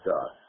God